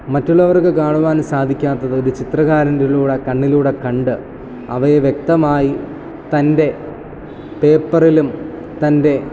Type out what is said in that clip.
മറ്റുള്ളവർക്ക് കാണുവാൻ സാധിക്കാത്തത് ഒരു ചിത്രകാരനിലൂടെ കണ്ണിലൂടെ കണ്ട് അവയെ വ്യക്തമായി തൻ്റെ പേപ്പറിലും തൻ്റെ